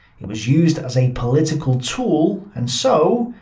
it was used as a political tool and so,